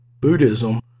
Buddhism